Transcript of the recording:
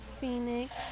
Phoenix